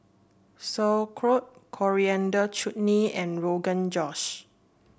Sauerkraut Coriander Chutney and Rogan Josh